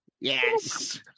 Yes